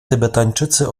tybetańczycy